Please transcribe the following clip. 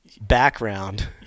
background